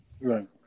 Right